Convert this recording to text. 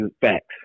facts